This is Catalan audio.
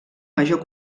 major